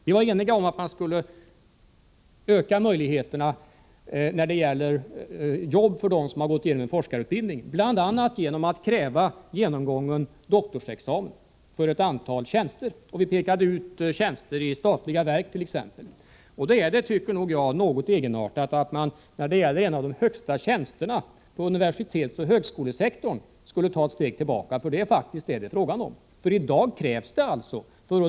Vi var alltså eniga om att öka möjligheterna för dem som genomgått forskarutbildning att få jobb, bl.a. genom att kräva doktorsexamen för ett antal tjänster. Vi pekade ut tjänster i exempelvis statliga verk. Jag tycker det är något egenartat att man för en av de högsta tjänsterna på universitetsoch högskolesektorn skulle ta ett steg tillbaka. Det är faktiskt - Nr 62 vad det är fråga om.